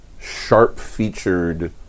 sharp-featured